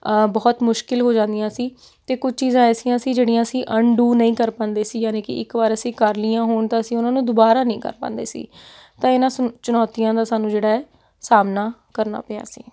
ਬਹੁਤ ਮੁਸ਼ਕਿਲ ਹੋ ਜਾਂਦੀਆਂ ਸੀ ਅਤੇ ਕੁਝ ਚੀਜ਼ਾਂ ਐਸੀਆਂ ਸੀ ਜਿਹੜੀਆਂ ਅਸੀਂ ਅੰਨ ਡੂ ਨਹੀਂ ਕਰ ਪਾਉਂਦੇ ਸੀ ਯਾਨੀ ਕਿ ਇੱਕ ਵਾਰ ਅਸੀਂ ਕਰਲੀਆਂ ਹੋਣ ਤਾਂ ਅਸੀਂ ਉਹਨਾਂ ਨੂੰ ਦੁਬਾਰਾ ਨਹੀਂ ਕਰ ਪਾਉਂਦੇ ਸੀ ਤਾਂ ਇਹਨਾਂ ਚਣੌਤੀਆਂ ਦਾ ਸਾਨੂੰ ਜਿਹੜਾ ਹੈ ਸਾਹਮਣਾ ਕਰਨਾ ਪਿਆ ਸੀ